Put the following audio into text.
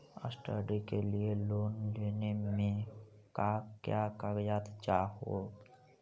Study के लिये loan लेने मे का क्या कागजात चहोये?